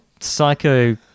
Psycho